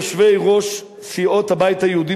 יושבי-ראש סיעות הבית היהודי,